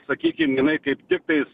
sakykim jinai kaip tiktais